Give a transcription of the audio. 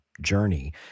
journey